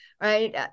right